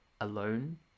alone